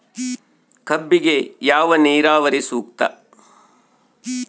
ಕಬ್ಬಿಗೆ ಯಾವ ನೇರಾವರಿ ಸೂಕ್ತ?